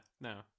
No